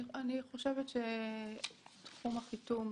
אני חושבת שתחום החיתום